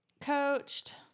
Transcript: Coached